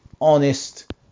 honest